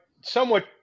somewhat